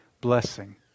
blessing